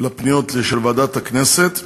פניות של ועדת הכנסת.